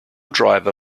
driver